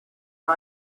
the